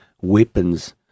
weapons